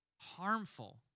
harmful